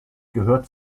gehört